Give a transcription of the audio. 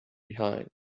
behind